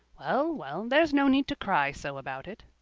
well, well, there's no need to cry so about it.